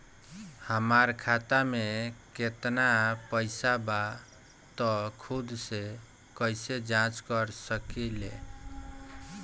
हमार खाता में केतना पइसा बा त खुद से कइसे जाँच कर सकी ले?